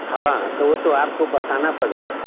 हाँ तो वो तो आपको बताना पड़ेगा